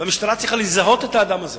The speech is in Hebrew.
והמשטרה צריכה לזהות את האדם הזה